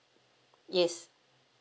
yes